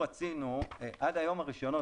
עד היום הרישיונות,